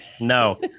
No